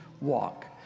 walk